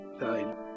nine